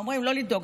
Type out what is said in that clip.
אומרים: לא לדאוג,